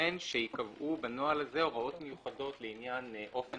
וכן שייקבעו בנוהל הזה הוראות מיוחדות לעניין אופן